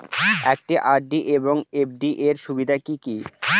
একটি আর.ডি এবং এফ.ডি এর সুবিধা কি কি?